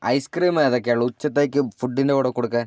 ice cream ഏതൊക്കെയാണ് ഉള്ളത് ഉച്ചക്കത്തേക്ക് ഫുഡിൻ്റെ കൂടെ കൊടുക്കാൻ